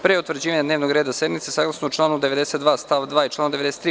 Pre utvrđivanja dnevnog reda sednice, saglasno članu 92. stav 2. i članu 93.